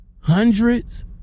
hundreds